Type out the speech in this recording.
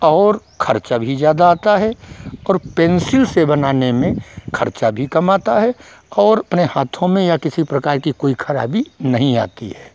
और खर्चा भी ज़्यादा आता है और पेन्सिल से बनाने में खर्चा भी कम आता है और अपने हाथों में या किसी प्रकार की कोई खराबी नहीं आती है